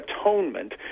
atonement